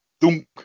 dunk